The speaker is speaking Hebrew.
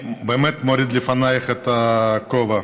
אני באמת מוריד לפנייך את הכובע,